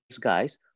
guys